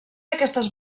aquestes